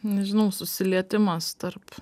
nežinau susilietimas tarp